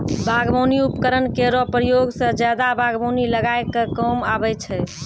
बागबानी उपकरन केरो प्रयोग सें जादा बागबानी लगाय क काम आबै छै